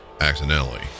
accidentally